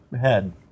head